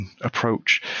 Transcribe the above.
approach